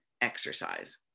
exercise